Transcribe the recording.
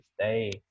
stay